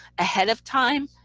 ahead of time,